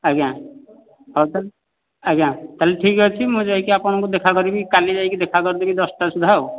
ଆଜ୍ଞା ହେଉ ତା'ହେଲେ ଆଜ୍ଞା ତା'ହେଲେ ଠିକ୍ ଅଛି ମୁଁ ଯାଇକି ଆପଣଙ୍କୁ ଦେଖା କରିବି କାଲି ଯାଇକି ଦେଖା କରିଦେବି ଦଶଟା ସୁଦ୍ଧା ଆଉ